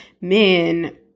men